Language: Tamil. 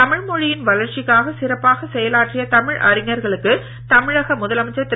தமிழ்மொழியின் விழா வளர்ச்சிக்காக சிறப்பாக செயலாற்றிய தமிழ் அறிஞர்களுக்கு தமிழக முதலமைச்சர் திரு